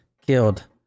killed